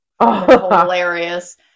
hilarious